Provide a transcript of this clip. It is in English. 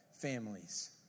families